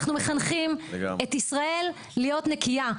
אנחנו מחנכים את ישראל להיות נקייה,